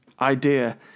idea